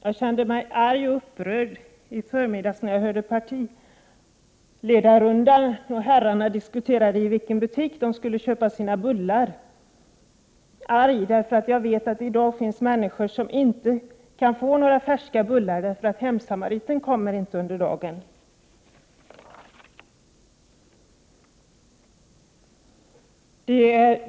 Jag blev arg och upprörd när herrarna under partiledarrundan i förmiddags diskuteradei vilken butik de skulle köpa sina bullar — arg därför att jag vet att det i dag finns människor som inte kan få några färska bullar, eftersom hemsamariten inte kommer under dagens lopp.